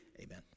Amen